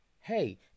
Hey